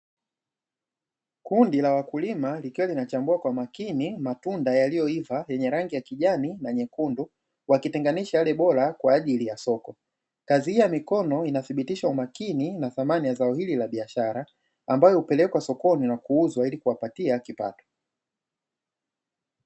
Kundi la wakulima likiwa linachambua kwa makini matunda yaliyoiva yenye rangi ya kijani na nyekundu, wakitenganisha yale bora kwa ajili ya soko. Kazi hiyo mikono inathibitisha umakini na thamani ya zao hili la biashara ambayo hupelekwa sokoni na kuuzwa ili kuwapatia kipato.